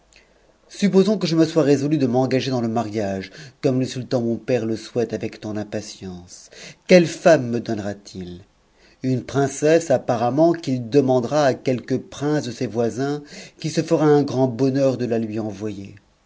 supposons que je me sois résolu de m'engager dans le mariage comme esuttan mon père te souhaite avec tant d'impatience quelle femme me donnera t i une princesse apparemment qu'il demandera aquetque prince de ses voisins qui se fera un grand bonheur de la lui envoyer